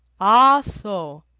ah, so,